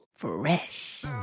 fresh